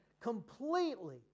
completely